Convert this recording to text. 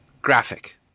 graphic